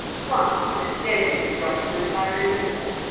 one, a genuine document, i remember.